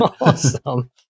awesome